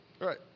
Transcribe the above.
right